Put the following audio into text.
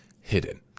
hidden